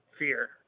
fear